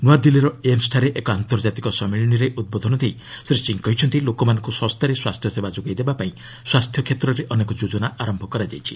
ନୂଆଦିଲ୍ଲୀର ଏମସ୍ ଠାରେ ଏକ ଆନ୍ତର୍ଜାତିକ ସମ୍ମିଳନୀରେ ଉଦ୍ବୋଧନ ଦେଇ ଶ୍ରୀ ସିଂହ କହିଛନ୍ତି ଲୋକମାନଙ୍କୁ ଶସ୍ତାରେ ସ୍ୱାସ୍ଥ୍ୟ ସେବା ଯୋଗାଇ ଦେବା ପାଇଁ ସ୍ୱାସ୍ଥ୍ୟ କ୍ଷେତ୍ରରେ ଅନେକ ଯୋକନା ଆରମ୍ଭ କରାଯାଇଛି